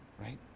right